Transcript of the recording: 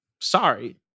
Sorry